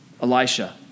Elisha